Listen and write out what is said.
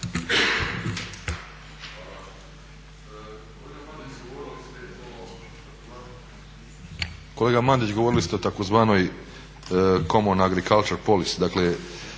Kolega Mandić govorili ste o tzv. common agricultural policy,